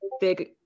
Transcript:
big